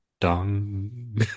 Dong